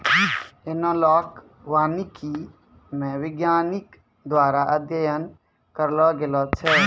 एनालाँक वानिकी मे वैज्ञानिक द्वारा अध्ययन करलो गेलो छै